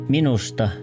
Minusta